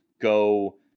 go